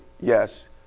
yes